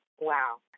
Wow